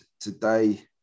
today